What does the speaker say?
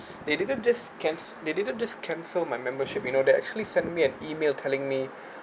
they didn't just can~ they didn't just cancel my membership you know they actually sent me an email telling me